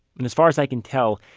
and as far as i can tell,